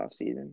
offseason